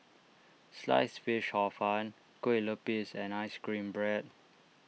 Sliced Fish Hor Fun Kueh Lupis and Ice Cream Bread